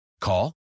Call